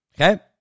Okay